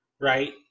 Right